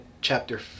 chapter